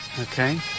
okay